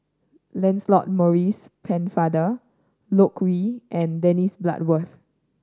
Lancelot Maurice Pennefather Loke Yew and Dennis Bloodworth